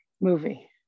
movie